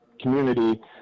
community